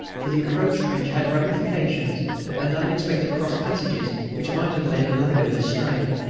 for the approach trench had ramifications and unexpected cross-passages which might have led a laggard astray.